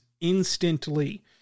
Instantly